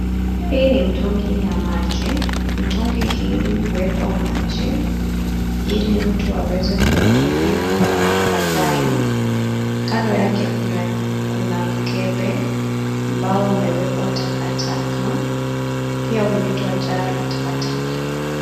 Hii ni mtungi ya maji, mtungi hii huwekwa maji ili mtu aweze kuyatumia kwa baadae. Kando yake kuna mkebe ambao umewekwa taka, pia huitwa jaa la takataka.